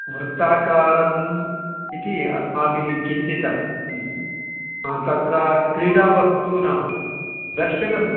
वृत्ताकारम् इति अस्माभिः चिन्तितं ह्म् ह तत्र क्रीडावस्तूनां दर्शनं भवेत्